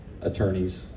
attorneys